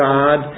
God